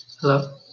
Hello